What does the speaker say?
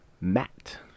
Matt